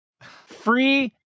Free